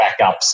backups